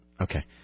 Okay